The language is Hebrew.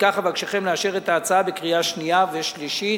לפיכך אבקשכם לאשר את ההצעה בקריאה שנייה ושלישית.